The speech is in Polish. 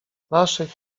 naszych